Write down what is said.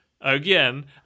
again